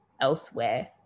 elsewhere